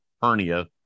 hernia